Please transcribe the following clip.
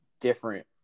different